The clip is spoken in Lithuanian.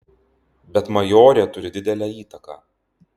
bet majorė turi didelę įtaką